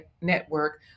network